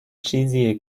چیزیه